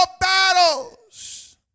battles